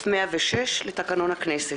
הכנסת.